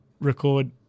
record